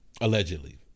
allegedly